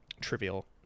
trivial